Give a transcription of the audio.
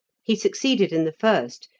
he succeeded in the first,